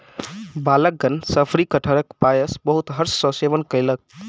बालकगण शफरी कटहरक पायस बहुत हर्ष सॅ सेवन कयलक